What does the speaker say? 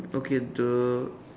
okay the